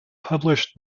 published